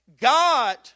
God